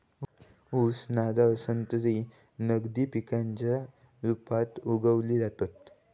ऊस, नारळ, संत्री नगदी पिकांच्या रुपात उगवली जातत